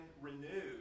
renewed